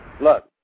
look